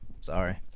Sorry